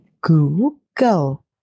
Google